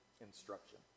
instruction